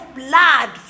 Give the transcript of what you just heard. blood